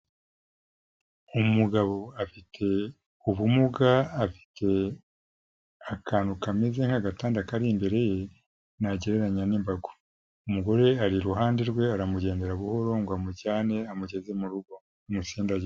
Umugabo afite ubumuga, afite akantu kameze nk'agatanda kari imbere ye nagereranya n'imbago, umugore ari iruhande rwe aramugendera buhoro ngo amujyane amugeze mu rugo amusindagize.